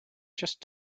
just